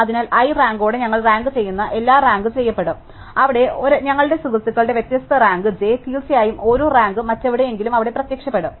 അതിനാൽ i റാങ്കോടെ ഞങ്ങൾ റാങ്കുചെയ്യുന്ന എല്ലാം റാങ്കുചെയ്യപ്പെടും അവിടെ ഞങ്ങളുടെ സുഹുർത്തകളുടെ വ്യത്യസ്ത റാങ്ക് j തീർച്ചയായും ഓരോ റാങ്കും മറ്റെവിടെയെങ്കിലും അവിടെ പ്രത്യക്ഷപ്പെടും